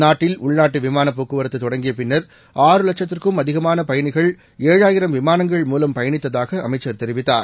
நாட்டில் உள்நாட்டு விமானப் போக்குவரத்து தொடங்கிய பின்னர் ஆறு லட்சத்திற்கும் அதிகமான பயணிகள் ஏழாயிரம் விமானங்கள் மூலம் பயணித்ததாக அமைச்சர் தெரிவித்தார்